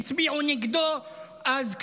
הצביעו נגדו אז,